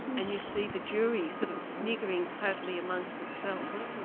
and you see the jury sort of sniggering totally amongst itself,